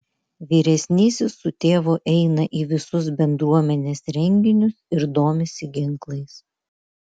vyresnysis su tėvu eina į visus bendruomenės renginius ir domisi ginklais